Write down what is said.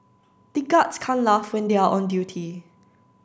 the guards can't laugh when they are on duty